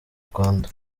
rwanda